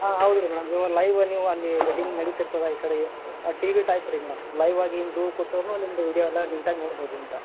ಹಾಂ ಹೌದು ರಿ ಮೇಡಮ್ ನೀವು ಲೈವ ನೀವಲ್ಲಿ ವೆಡ್ಡಿಂಗ್ ನಡಿತಿರ್ತದೆ ಈ ಕಡೆಗೆ ಟಿ ವಿ ಟೈಪ್ ರೀ ಮೇಡಮ್ ಲೈವ್ ಆಗಿ ಹಿಂಗೆ ದೂರ ಕೂತರೂನು ನಿಮ್ದು ವಿಡಿಯೋ ಎಲ್ಲ ನೀಟಾಗಿ ನೋಡ್ಬೋದು ಅಂತ